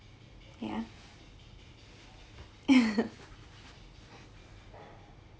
ya